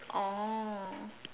oh